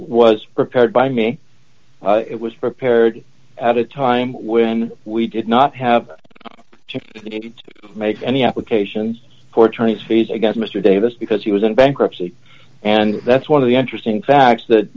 was prepared by me it was prepared at a time when we did not have to make any applications for turning fees against mr davis because he was in bankruptcy and that's one of the interesting facts that